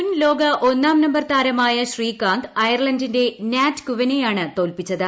മുൻ ലോക ഒന്നാം നമ്പർ താരമായ ശ്രീകാന്ത് അയർലന്റിന്റെ ന്യാറ്റ് കുവനെയാണ് തോൽപ്പിച്ചത്